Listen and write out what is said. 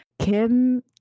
Kim